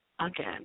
again